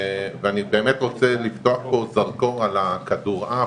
אני באמת רוצה לתת פה זרקור על הכדורעף,